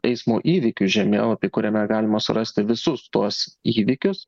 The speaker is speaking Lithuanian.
eismo įvykių žemėlapį kuriame galima surasti visus tuos įvykius